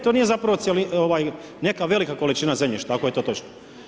To nije zapravo neka velika količina zemljišta ako je to točno.